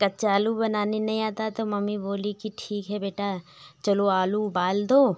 कच्चा आलू बनाने नहीं आता है तो मम्मी बोली कि ठीक है बेटा चलो आलू उबाल दो